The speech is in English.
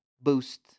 boost